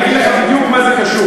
אני אגיד לך בדיוק מה זה קשור.